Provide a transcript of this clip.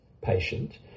patient